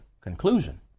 conclusion